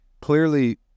Clearly